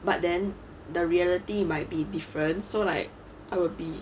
but then the reality might be different so like I would be